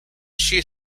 she